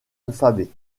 alphabet